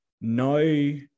No